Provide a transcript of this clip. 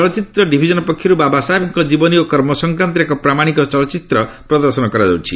ଚଳଚ୍ଚିତ୍ର ଡିଭିଜନ୍ ପକ୍ଷର୍ ବାବା ସାହେବଙ୍କ ଜୀବନୀ ଓ କର୍ମ ସଂକ୍ରାନ୍ତରେ ଏକ ପ୍ରାମାଣିକ ଚଳଚ୍ଚିତ୍ର ପ୍ରଦର୍ଶନ କରାଯାଇଛି